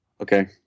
Okay